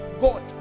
God